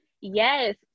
yes